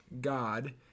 God